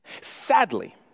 Sadly